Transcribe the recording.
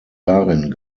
darin